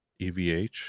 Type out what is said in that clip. EVH